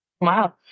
Wow